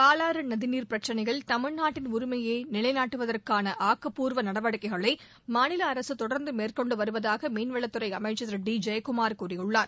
பாவாறு நதிநீர் பிரச்சினையில் தமிழ்நாட்டின் உரிமையை நிலைநாட்டுவதற்கான ஆக்கப்பூர்வ நடவடிக்கைகளை மாநில அரசு தொடர்ந்து மேற்கொண்டு வருவதாக மீன்வளத் துறை அமைச்சர் திரு டி ஜெயக்குமார் கூறியுள்ளார்